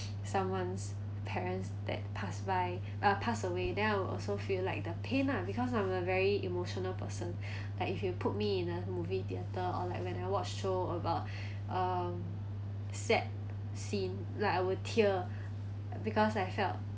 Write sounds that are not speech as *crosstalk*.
someone's parents that passed by uh pass away then I'll also feel like the pain lah because I'm a very emotional person *breath* like if you put me in a movie theater or like when I watch show about *breath* um sad scene like I would tear because I felt